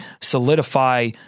solidify